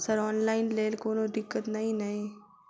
Sir online लैल कोनो दिक्कत न ई नै?